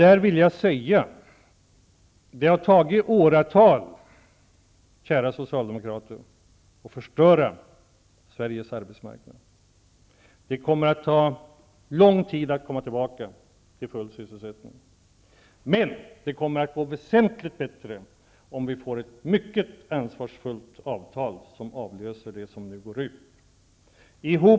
Där vill jag säga att det har tagit åratal, kära socialdemokrater, att förstöra Sveriges arbetsmarknad. Det kommer att ta lång tid att komma tillbaka till full sysselsättning, men det kommer att gå väsentligt bättre om vi får ett mycket ansvarsfullt avtal som avlöser det som då kommer att gå ut.